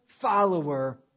follower